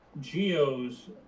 Geos